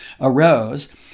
arose